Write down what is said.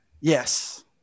Yes